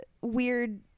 Weird